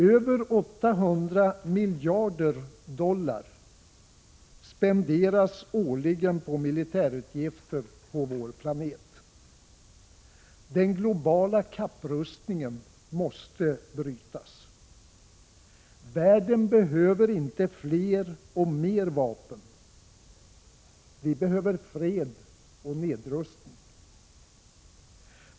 Över 800 miljarder dollar spenderas årligen på militärutgifter på vår planet. Den globala kapprustningen måste brytas. Världen behöver inte fler och mer vapen, vi behöver fred och nedrustning.